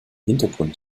hintergrund